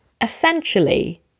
essentially